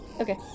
Okay